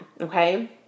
Okay